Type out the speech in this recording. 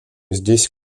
здесь